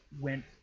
went